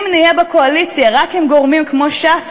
אם נהיה בקואליציה רק עם גורמים כמו ש"ס,